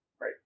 right